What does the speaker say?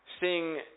seeing